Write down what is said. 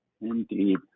Indeed